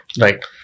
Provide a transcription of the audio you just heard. Right